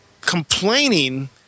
complaining